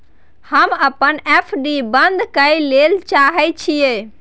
हम अपन एफ.डी बंद करय ले चाहय छियै